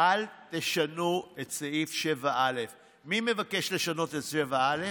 אל תשנו את סעיף 7א. מי מבקש לשנות את 7א?